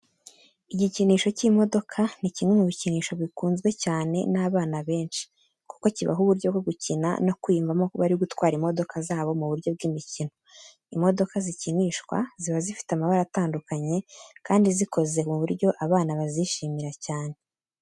Igikinisho cy'imodoka ni kimwe mu bikinisho bikunzwe cyane n'abana benshi kuko kibaha uburyo bwo gukina no kwiyumvamo ko bari gutwara imodoka zabo mu buryo bw'imikino. Imodoka zikinishwa ziba zifite amabara atandukanye kandi zikoze mu buryo abana bazishimira cyane.